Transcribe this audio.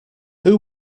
who